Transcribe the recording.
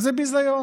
זה ביזיון.